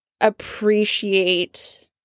appreciate